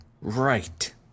Right